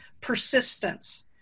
persistence